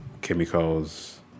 chemicals